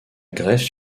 greffe